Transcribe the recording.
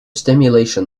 stimulation